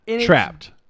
Trapped